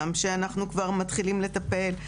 גם כשאנחנו כבר מתחילים לטפל,